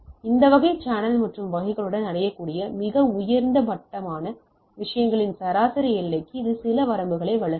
இந்த வகை சேனல் மற்றும் வகைகளுடன் அடையக்கூடிய மிக உயர்ந்த மட்டமான விஷயங்களின் சராசரி எல்லைக்கு இது சில வரம்புகளை வழங்குகிறது